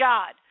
God